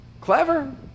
Clever